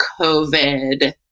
COVID